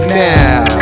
now